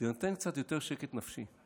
זה נותן קצת יותר שקט נפשי,